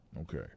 Okay